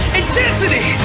intensity